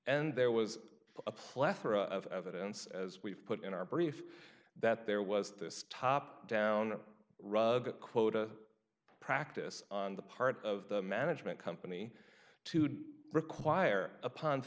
and there was a plethora of evidence as we've put in our brief that there was this top down rug quote a practice on the part of the management company to require